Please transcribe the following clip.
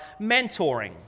mentoring